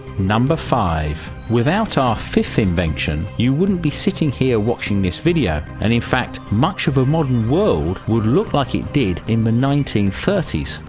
number five. without our fifth invention you wouldn't be sitting here watching this video and in fact much of a modern world would look like he did in the nineteen thirty s.